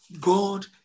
God